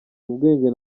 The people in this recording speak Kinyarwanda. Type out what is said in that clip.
ubwenge